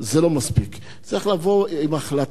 צריך לבוא עם החלטה של שני השרים,